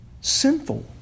sinful